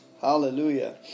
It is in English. Hallelujah